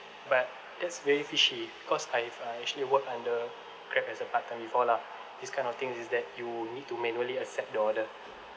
but that's very fishy cause I've I actually worked under Grab as a part-time before lah this kind of things is that you need to manually accept the order